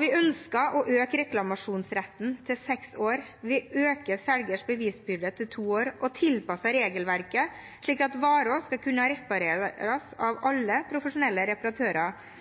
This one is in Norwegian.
Vi ønsker å øke reklamasjonsretten til seks år. Vi øker selgers bevisbyrde til to år og tilpasser regelverket slik at varer skal kunne repareres av alle profesjonelle reparatører